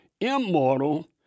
immortal